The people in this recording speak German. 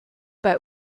bei